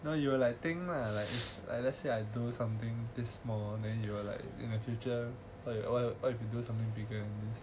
you know you like think lah like let's say I do something this small then you will like in the future like want to do something bigger than this